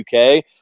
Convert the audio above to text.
UK